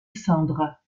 cendres